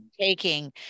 taking